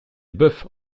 bœufs